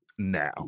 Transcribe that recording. Now